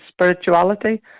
spirituality